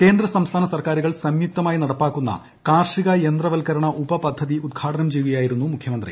കേന്ദ്ര സംസ്ഥാന സർക്കാരുകൾ സംയുക്തമായി നടപ്പാക്കുന്ന കാർഷിക യന്ത്ര വൽക്കരണ ഉപ പദ്ധതി ഉദ്ഘാടനം ചെയ്യുകയായിരുന്നു മുഖ്യമന്ത്രി